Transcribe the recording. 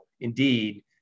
indeed